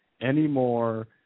anymore